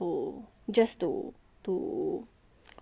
survive lah on a monthly basis